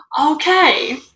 Okay